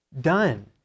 done